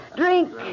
drink